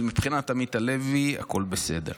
אבל מבחינת עמית הלוי הכול בסדר.